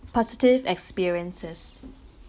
positive experiences